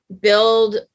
build